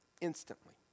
instantly